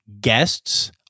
Guests